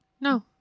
No